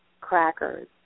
crackers